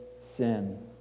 sin